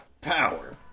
Power